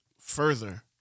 Further